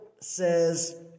Says